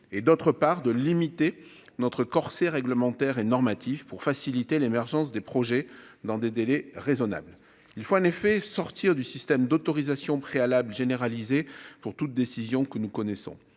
et d'autre part de limiter notre corset réglementaire et normatif pour faciliter l'émergence des projets dans des délais raisonnables, il faut en effet sortir du système d'autorisation préalables généralisée pour toute décision que nous connaissons,